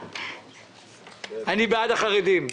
אני בעד החרדים.